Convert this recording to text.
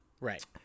Right